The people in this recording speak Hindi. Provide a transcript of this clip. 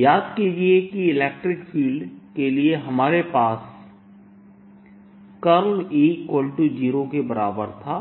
याद कीजिए कि इलेक्ट्रिक फील्ड के लिए हमारे पास E0 के बराबर था